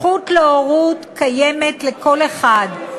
הזכות להורות קיימת לכל אחד: